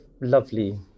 lovely